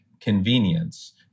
convenience